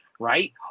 Right